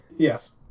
Yes